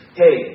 hey